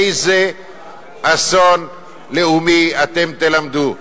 איזה אסון לאומי אתם תלמדו?